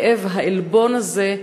הכאב, העלבון הזה,